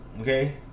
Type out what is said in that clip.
Okay